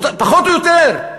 פחות או יותר.